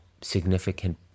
significant